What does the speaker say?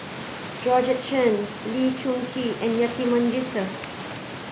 Georgette Chen Lee Choon Kee and Yatiman Yusof